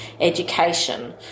education